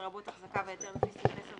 לרבות החזקה והיתר לפי סעיף 10,